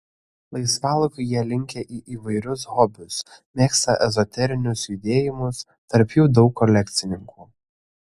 laisvalaikiu jie linkę į įvairius hobius mėgsta ezoterinius judėjimus tarp jų daug kolekcininkų